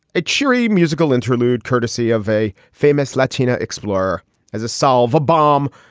a cheery musical interlude courtesy of a famous latino explorer has a solve a bomb.